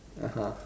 (uh huh)